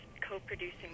co-producing